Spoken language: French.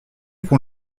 qu’on